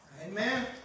Amen